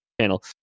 channel